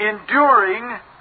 enduring